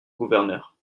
gouverneur